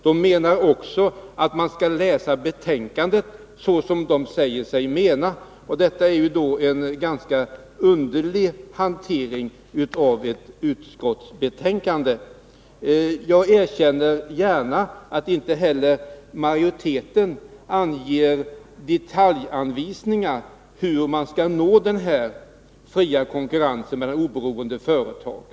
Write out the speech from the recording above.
De menar också att man skall läsa betänkandet så som de säger sig mena. Det är en ganska underlig hantering beträffande ett utskottsbetänkande. Jag erkänner gärna att inte heller minoriteten anger detaljanvisningar för hur man skall nå den här fria konkurrensen mellan oberoende företag.